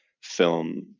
film